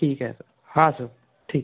ठीक आहे सर हा सर ठीक